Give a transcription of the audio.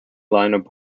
lineup